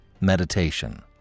Meditation